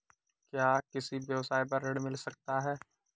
क्या किसी व्यवसाय पर ऋण मिल सकता है?